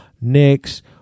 next